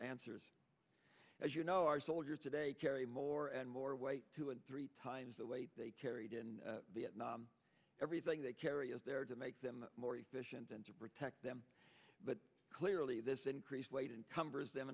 answers as you know our soldiers today carry more and more weight two and three times the weight they carried in vietnam everything they carry is there to make them more efficient and to protect them but clearly this increased weight and cumbers them